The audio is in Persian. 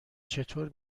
چطور